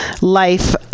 life